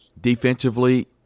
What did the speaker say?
Defensively